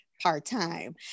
part-time